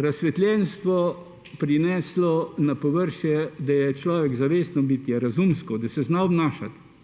razsvetljenstvo prineslo na površje, da je človek zavestno bitje, razumsko, da se zna obnašati,